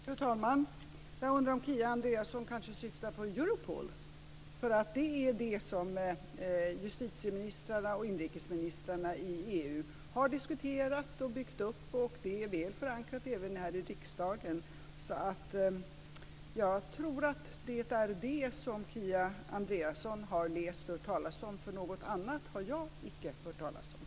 Fru talman! Jag undrar om Kia Andreasson kanske syftar på Europol. Det är nämligen det som justitieministrarna och inrikesministrarna i EU har diskuterat och byggt upp, och det är väl förankrat även här i riksdagen. Jag tror att det är det som Kia Andreasson har läst om och hört talas om. Något annat har jag icke hört talas om.